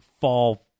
fall